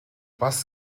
бас